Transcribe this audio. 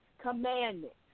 commandments